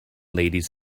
ladies